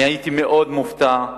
והייתי מאוד מופתע.